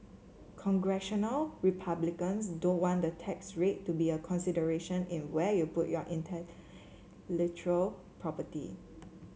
congressional Republicans don't want the tax rate to be a consideration in where you put your intellectual property